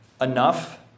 enough